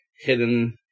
hidden